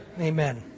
Amen